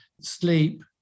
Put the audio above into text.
sleep